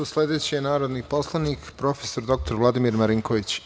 Sledeći je narodni poslanik prof. dr Vladimir Marinković.